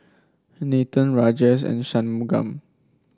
Nathan Rajesh and Shunmugam